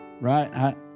right